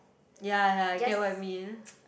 ya I get what you mean